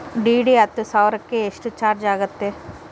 DD ಹತ್ತು ಸಾವಿರಕ್ಕೆ ಎಷ್ಟು ಚಾಜ್೯ ಆಗತ್ತೆ?